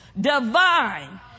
divine